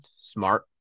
smart